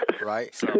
right